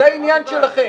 זה עניין שלכם.